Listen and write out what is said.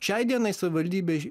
šiai dienai savivaldybėj